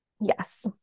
Yes